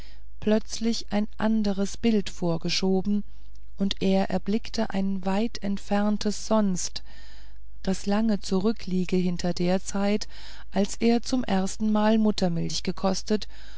plötzlich ein anderes bild vorgeschoben und er erblickte ein weit entferntes sonst das lange zurückliege hinter der zeit als er zum erstenmal muttermilch gekostet